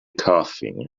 coughing